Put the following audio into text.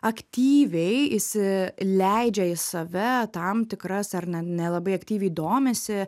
aktyviai įsi leidžia į save tam tikras ar ne nelabai aktyviai domisi